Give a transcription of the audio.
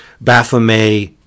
baphomet